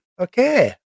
Okay